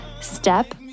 step